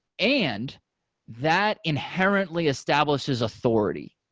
and that inherently establishes authority.